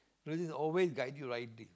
religion always guide you right